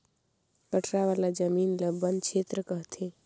कठरा वाला जमीन ल बन छेत्र कहथें